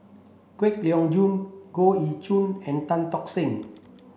Kwek Leng Joo Goh Ee Choo and Tan Tock Seng